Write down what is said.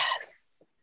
Yes